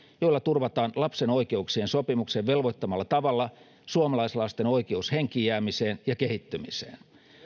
joilla turvataan lapsen oikeuksien sopimuksen velvoittamalla tavalla suomalaislasten oikeus henkiin jäämiseen ja kehittymiseen